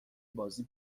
بازی